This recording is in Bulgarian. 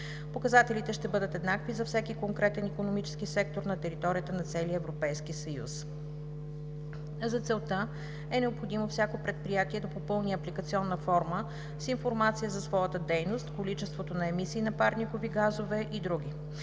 Показателите ще бъдат еднакви за всеки конкретен икономически сектор на територията на целия Европейски съюз. За целта е необходимо всяко предприятие да попълни апликационна форма с информация за своята дейност, количеството на емисии на парникови газове и други.